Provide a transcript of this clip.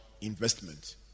investment